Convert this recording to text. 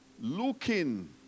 looking